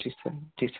जी sir जी sir